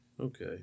Okay